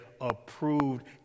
approved